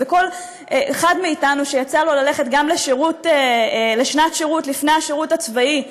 וכל אחד מאתנו שיצא לו ללכת לשנת שירות לפני השירות הצבאי,